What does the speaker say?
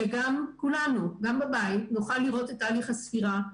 שגם כולנו, גם בבית, נוכל לראות את תהליך הספירה.